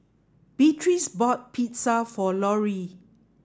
Beatrice bought Pizza for Lorri